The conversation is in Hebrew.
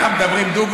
ככה, מדברים דוגרי?